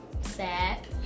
Sad